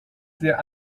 sehr